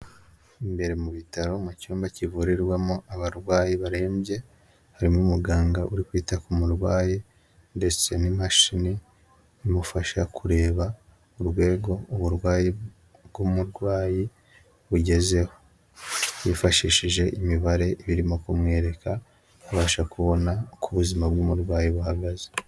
Imbere mu bitaro mu cyumba kivurirwamo abarwayi barembye, harimo umuganga uri kwita ku murwayi ndetse n'imashini imufasha kureba urwego uburwayi bw'umurwayi bugezeho, yifashishije imibare irimo kumwereka, akabasha kubona uko ubuzima bw'umurwayi buhagaze.